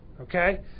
Okay